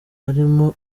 arimo